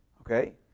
Okay